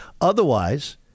Otherwise